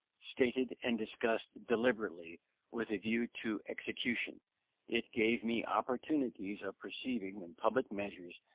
stated and discussed deliberately with a view to execution it gave me opportunities of perceiving when public measures,